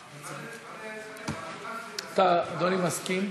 אבל מה זה, אתה, אדוני, מסכים?